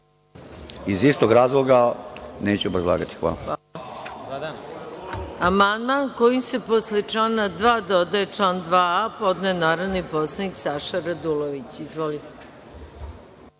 Iz istog razloga neću obrazlagati. Hvala.